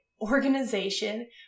organization